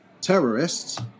Terrorists